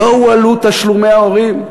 לא הועלו תשלומי ההורים.